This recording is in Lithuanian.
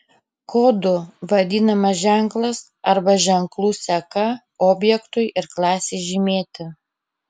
kodu vadinamas ženklas arba ženklų seka objektui ir klasei žymėti